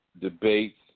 debates